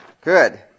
good